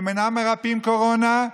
הם אינם מרפאים קורונה,